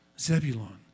Zebulon